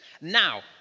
Now